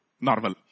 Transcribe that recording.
normal